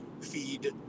feed